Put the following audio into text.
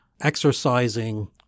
exercising